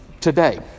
today